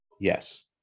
Yes